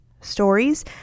stories